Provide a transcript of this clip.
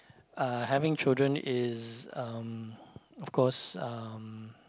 uh having children is um of course um